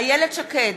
איילת שקד,